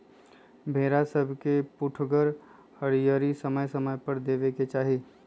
भेड़ा सभके पुठगर हरियरी समय समय पर देबेके चाहि